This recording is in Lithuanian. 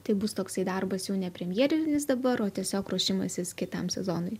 tai bus toksai darbas jau ne premjerinis dabar o tiesiog ruošimasis kitam sezonui